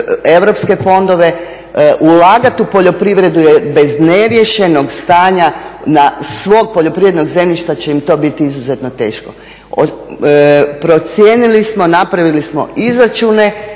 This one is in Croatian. europske fondove, ulagati u poljoprivredu bez neriješenog stanja svog poljoprivrednog zemljišta će im to biti izuzetno teško. Procijenili smo, napravili smo izračune,